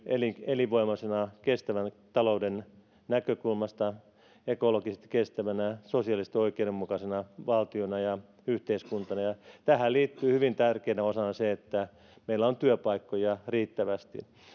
elinvoimaisena kestävän talouden näkökulmasta ekologisesti kestävänä sosiaalisesti oikeudenmukaisena valtiona ja yhteiskuntana ja tähän liittyy hyvin tärkeänä osana se että meillä on työpaikkoja riittävästi